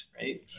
right